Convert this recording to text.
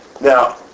Now